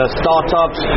startups